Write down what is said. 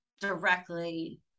directly